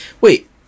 wait